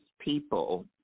people